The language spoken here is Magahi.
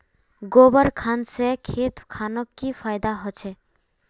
गोबर खान से खेत खानोक की फायदा होछै?